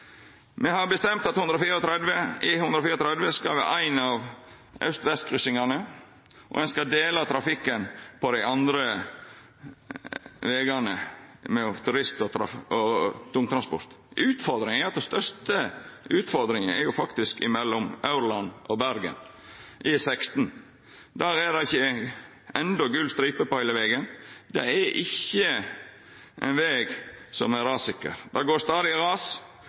Me har bestemt at E134 skal vera ein av aust–vestkryssingane, og ein skal dela trafikken på dei andre vegane mellom turisttransport og tungtransport. Den største utfordringa er faktisk er mellom Aurland og Bergen, E16. Der er det enno ikkje gul stripe på heile vegen, det er ikkje ein veg som er rassikker. Det går stadig ras,